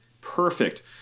perfect